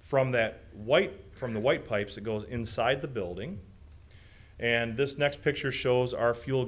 from that white from the white pipes that goes inside the building and this next picture shows our fuel